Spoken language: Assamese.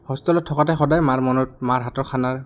হোষ্টেলত থকাতে সদায় মাৰ মনত মাৰ হাতৰ খানাৰ